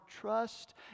trust